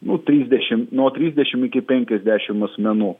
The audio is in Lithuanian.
nu trisdešim nuo trisdešim iki penkiasdešim asmenų